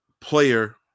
player